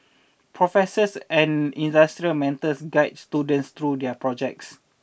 professors and industry mentors guide students through their projects